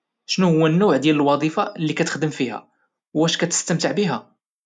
شنو النوع ديال الوظيفة اللي كتخدم فيها؟ واش كتستمتع بها؟